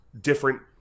different